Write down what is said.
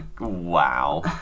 Wow